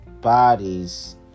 bodies